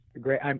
great